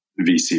VC